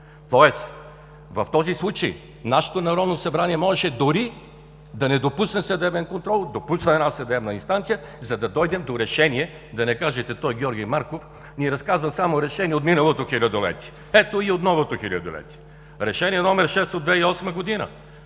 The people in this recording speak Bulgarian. Тоест, в този случай нашето Народно събрание можеше дори да не допусне съдебен контрол, допусна една съдебна инстанция, за да дойдем до решение. Да не кажете: „Той, Георги Марков, ни разказа само решения от миналото хилядолетие“, ето, и от новото хилядолетие – Решение № 6 от 2008 г.